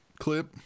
Clip